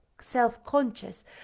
self-conscious